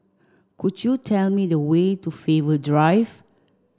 could you tell me the way to Faber Drive